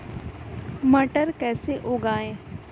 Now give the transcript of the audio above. मटर कैसे उगाएं?